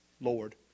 Lord